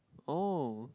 oh